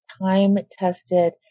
time-tested